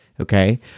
okay